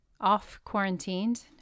off-quarantined